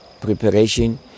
preparation